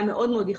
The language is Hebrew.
חקלאי.